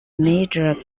major